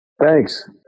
Thanks